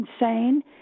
insane